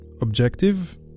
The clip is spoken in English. Objective